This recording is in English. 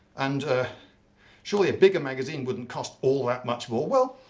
and surely a bigger magazine wouldn't cost all that much more? well,